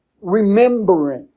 remembering